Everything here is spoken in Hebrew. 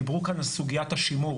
דיברו כאן על סוגיית השימור.